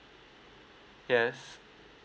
yes